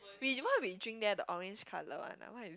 we what we drink there the orange colour one ah what is